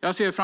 Jag minns